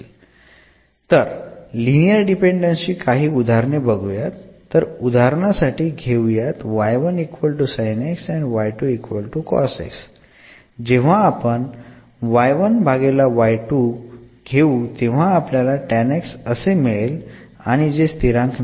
तरलिनिअर dependence ची काही उदाहरणे बघुयात तर उदाहरणासाठी घेऊयात जेव्हा आपण घेऊ तेव्हा आपल्याला असे मिळेल आणि जे स्थिरांक नाही